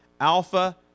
alpha